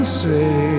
say